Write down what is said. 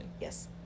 Yes